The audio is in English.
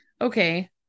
Okay